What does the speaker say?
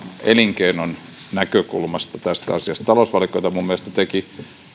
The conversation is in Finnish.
elinkeinon näkökulmasta talousvaliokunta minun mielestäni teki